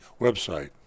website